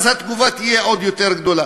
התגובה תהיה עוד יותר גדולה.